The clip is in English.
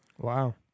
Wow